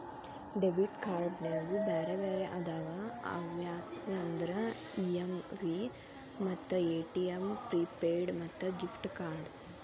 debit ಕ್ಯಾರ್ಡ್ನ್ಯಾಗು ಬ್ಯಾರೆ ಬ್ಯಾರೆ ಅದಾವ ಅವ್ಯಾವಂದ್ರ ಇ.ಎಮ್.ವಿ ಮತ್ತ ಎ.ಟಿ.ಎಂ ಪ್ರಿಪೇಯ್ಡ್ ಮತ್ತ ಗಿಫ್ಟ್ ಕಾರ್ಡ್ಸ್